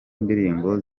ndirimbo